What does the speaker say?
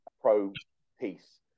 pro-peace